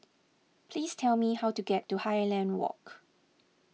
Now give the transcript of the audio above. please tell me how to get to Highland Walk